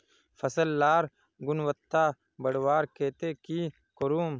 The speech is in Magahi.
फसल लार गुणवत्ता बढ़वार केते की करूम?